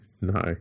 No